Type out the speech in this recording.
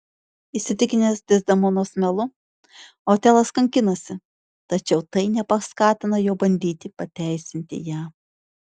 įsitikinęs dezdemonos melu otelas kankinasi tačiau tai nepaskatina jo bandyti pateisinti ją